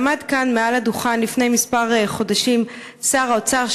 עמד כאן על הדוכן לפני כמה חודשים שר האוצר,